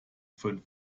fünf